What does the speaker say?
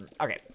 okay